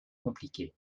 compliquée